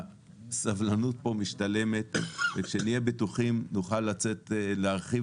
הסבלנות פה משתלמת וכשנהייה בטוחים נוכל להרחיב